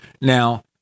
Now